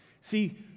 See